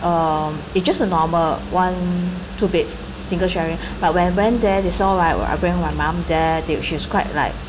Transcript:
um it just a normal one two beds single sharing but when I went there they saw my I bring my mum there they she's quite like